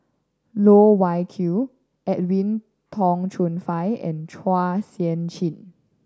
Loh Wai Kiew Edwin Tong Chun Fai and Chua Sian Chin